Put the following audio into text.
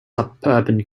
suburban